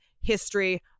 History